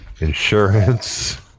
Insurance